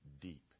deep